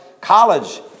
college